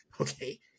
Okay